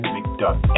McDuck